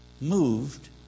moved